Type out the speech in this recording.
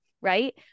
right